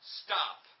stop